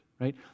right